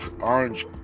orange